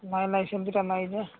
ନାଇଁ ସେମିତିଟା ନାଇଁରେ